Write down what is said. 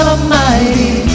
Almighty